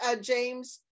James